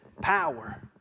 power